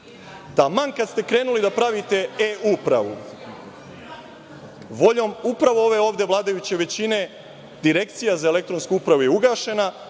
dana. Taman kad ste krenuli da pravite E-upravu voljom upravo ove ovde vladajuće većine Direkcija za elektronsku upravu je ugašena,